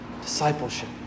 discipleship